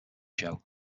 show